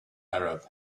arab